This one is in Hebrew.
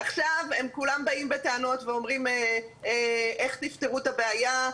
עכשיו הם כולם באים בטענות ואומרים איך תפתרו את הבעיה,